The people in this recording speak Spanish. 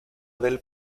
del